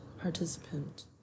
participant